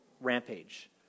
rampage